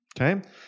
Okay